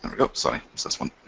and sorry. it's this one.